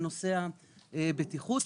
בנושא הבטיחות,